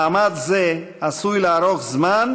מאמץ זה עשוי לארוך זמן,